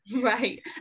right